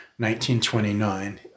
1929